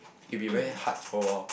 it be very hard for a while